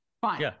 Fine